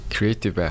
Creative